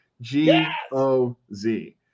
G-O-Z